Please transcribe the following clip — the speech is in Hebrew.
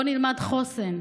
בואו נלמד מושג שני, חוסן.